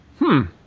-hmm